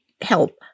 help